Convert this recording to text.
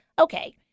okay